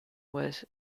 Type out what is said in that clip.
was